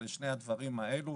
אנחנו לא נערכים לשני הדברים האלה,